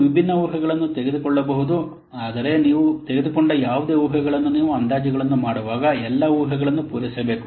ನೀವು ವಿಭಿನ್ನ ಊಹೆಗಳನ್ನು ತೆಗೆದುಕೊಳ್ಳಬಹುದು ಆದರೆ ನೀವು ತೆಗೆದುಕೊಂಡ ಯಾವುದೇ ಊಹೆಗಳನ್ನು ನೀವು ಅಂದಾಜುಗಳನ್ನು ಮಾಡುವಾಗ ಎಲ್ಲಾ ಊಹೆಗಳನ್ನು ಪೂರೈಸಬೇಕು